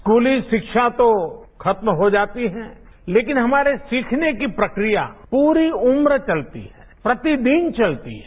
स्कूली शिक्षा तो खत्म हो जाती है लेकिन हमारे सीखने की प्रक्रिया पूरी उम्र चलती है प्रतिदिन चलती है